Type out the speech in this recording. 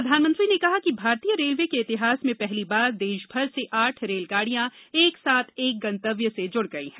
प्रधानमंत्री ने कहा कि भारतीय रेलवे के इतिहास में पहली बार देशभर से आठ रेलगाड़ियां एक साथ एक गन्तव्य से जुड़ गई हैं